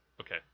Okay